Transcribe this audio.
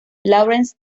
lawrence